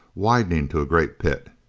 widening to a great pit.